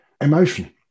emotion